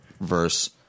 verse